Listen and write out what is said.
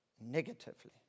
negatively